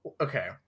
okay